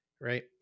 right